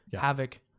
Havoc